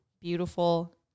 beautiful